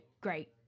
great